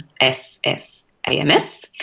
S-S-A-M-S